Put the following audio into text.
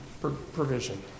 provision